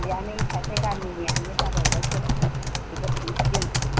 बियानै सासे गामिनिआनो जाबावबायसो बेबो थांसिगोन